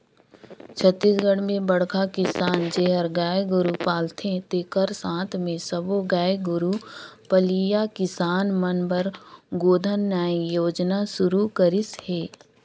छत्तीसगढ़ में बड़खा किसान जेहर गाय गोरू पालथे तेखर साथ मे सब्बो गाय गोरू पलइया किसान मन बर गोधन न्याय योजना सुरू करिस हे